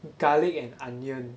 garlic and onion